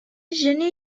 gener